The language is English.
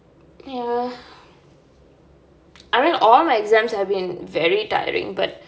ya I mean all my exams have been very tiring but